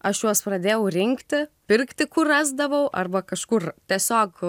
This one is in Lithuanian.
aš juos pradėjau rinkti pirkti kur rasdavau arba kažkur tiesiog